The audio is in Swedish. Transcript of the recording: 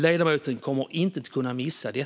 Ledamoten kommer inte att kunna missa det.